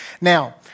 Now